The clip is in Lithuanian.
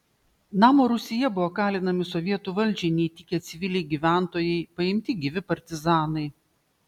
namo rūsyje buvo kalinami sovietų valdžiai neįtikę civiliai gyventojai paimti gyvi partizanai